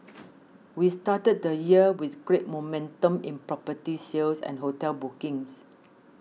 we started the year with great momentum in property sales and hotel bookings